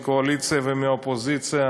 מהקואליציה ומהאופוזיציה,